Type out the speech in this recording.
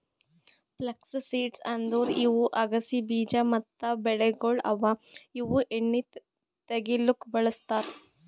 flux seeds ಅಂದುರ್ ಇವು ಅಗಸಿ ಬೀಜ ಮತ್ತ ಬೆಳೆಗೊಳ್ ಅವಾ ಇವು ಎಣ್ಣಿ ತೆಗಿಲುಕ್ ಬಳ್ಸತಾರ್